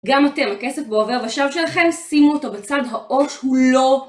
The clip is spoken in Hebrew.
גם אתם, הכסף בעובר ושב שלכם? שימו אותו בצד. העו"ש הוא לא...